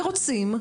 ורוצים,